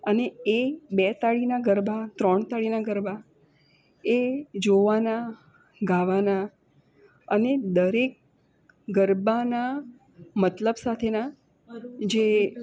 અને એ બે તાળીના ગરબા ત્રણ તાળીના ગરબા એ જોવાના ગાવાના અને દરેક ગરબાના મતલબ સાથે ના જે